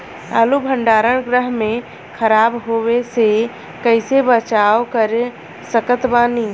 आलू भंडार गृह में खराब होवे से कइसे बचाव कर सकत बानी?